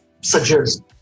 suggest